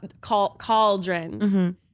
Cauldron